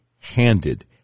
Handed